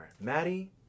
Maddie